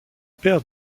père